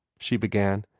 she began,